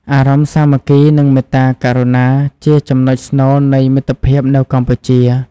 អារម្មណ៍សាមគ្គី និងមេត្តាករុណា ជាចំណុចស្នូលនៃមិត្តភាពនៅកម្ពុជា។